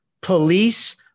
police